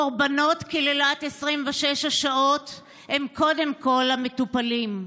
קורבנות קללת 26 השעות הם קודם כול המטופלים,